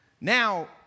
Now